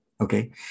Okay